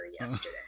yesterday